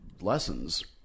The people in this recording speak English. lessons